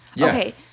Okay